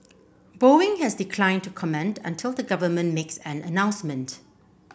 Boeing has declined to comment until the government makes an announcement